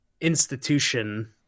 institution